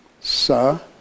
Sir